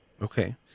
Okay